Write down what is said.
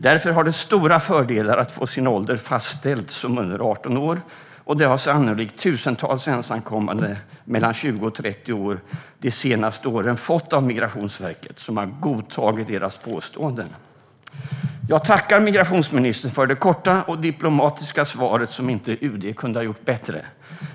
Därför har det stora fördelar att få sin ålder fastställd som under 18 år, och det har sannolikt tusentals ensamkommande mellan 20 och 30 år de senaste åren fått av Migrationsverket som har godtagit deras påståenden. Jag tackar migrationsministern för det korta och diplomatiska svaret som UD inte hade kunnat göra bättre.